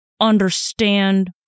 understand